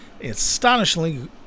Astonishingly